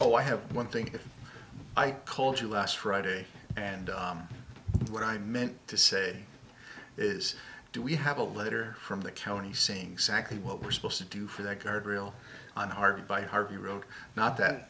oh i have one thing that i called you last friday and what i meant to say is do we have a letter from the county saying exactly what we're supposed to do for that guardrail on a hard by harvey road not tha